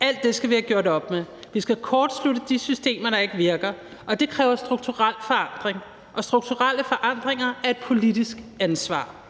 Alt det skal vi have gjort op med. Vi skal kortslutte de systemer, der ikke virker. Det kræver strukturel forandring, og strukturelle forandringer er et politisk ansvar.